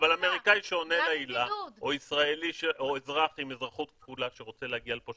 אבל האמריקאי שעונה --- או אזרח עם אזרחות כפולה שרוצה להגיע לפה,